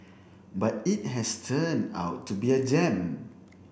but it has turned out to be a gem